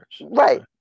Right